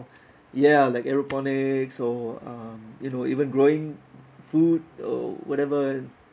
ya like aeroponics or um you know even growing food or whatever